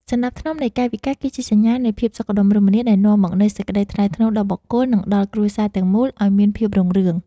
សណ្តាប់ធ្នាប់នៃកាយវិការគឺជាសញ្ញាណនៃភាពសុខដុមរមនាដែលនាំមកនូវសេចក្តីថ្លៃថ្នូរដល់បុគ្គល និង ដល់គ្រួសារទាំងមូលឱ្យមានភាពរុងរឿង។